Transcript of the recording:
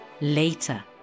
Later